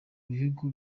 bihugu